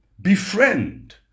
befriend